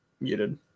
muted